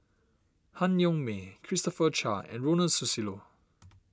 Han Yong May Christopher Chia and Ronald Susilo